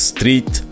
Street